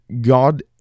God